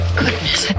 goodness